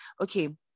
okay